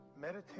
Meditate